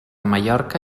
mallorca